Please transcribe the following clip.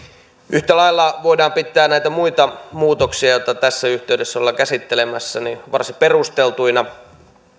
yhtä lailla voidaan pitää näitä muita muutoksia joita tässä yhteydessä ollaan käsittelemässä varsin perusteltuina